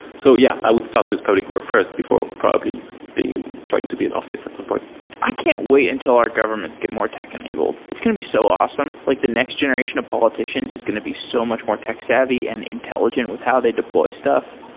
so yeah, i would start with public work first before probably trying to be in office at some point i can't wait until our governments get more tech-enabled. it's going to be so awesome. like the next generation of politicians is going to be so much more tech-savvy and intelligent with how they deploy stuff.